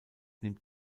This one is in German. nimmt